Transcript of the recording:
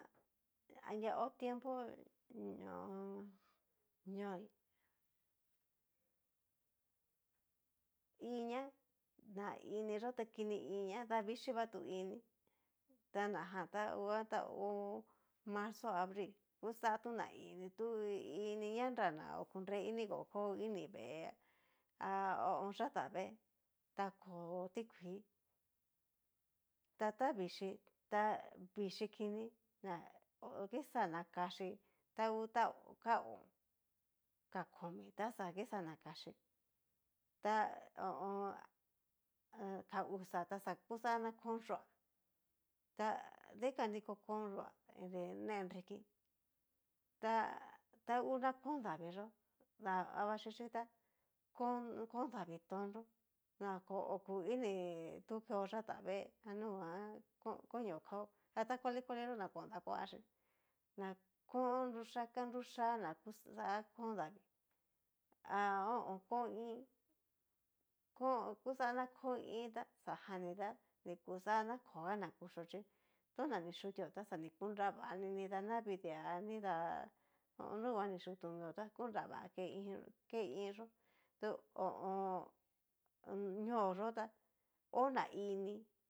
Aña ho tiempo ñooí inia ta iniyó ta kini iniá davixhi va tu ini ta najan ta ngua ta hó marzo abril kuxa tú na ini tú, ini ña nra nba oku nre inigo kó ini vee a yatá vee ta ko tikuii, ta tavixhii ta vixhi kini na kixa na kaxhí angu ta ka o'on, ka komi ta xa kixá na kaxíi ta ho o on. ka uxa ta xa kuxá kón yuá ta dikan'ni ko kon yuá nri ne nriki ta ngu n kón davii yó davaxhichí ta kón kon davii ton'nro na oko oku ini tu keo yátavee nunguan konio kao, a ta kuali kuali yó na kón dakuachí, na kón nruyaka nruyá na kón davii, ha ho o on. kon iin kon kuxa na kon iin taxajan ní tá koa na kuchio chí tona ni du yutio ta xa ni yunrava nida navidii a nrida nunguan ni yutyu mio, ta ku nrava ke iin yó du ho o on. ñoo yó tá hó na ini.